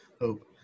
Hope